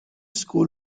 school